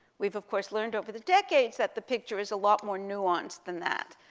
we've of course learned over the decades that the picture is a lot more nuanced than that.